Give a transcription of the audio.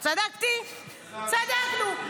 צדקתי, צדקנו.